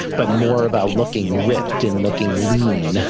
but more about looking ripped and looking lean.